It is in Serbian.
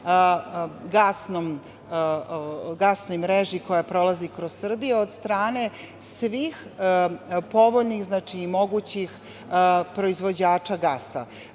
gasnoj mreži koja prolazi kroz Srbiju od strane svih povoljnih i mogućih proizvođača gasa.Zašto